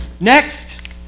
Next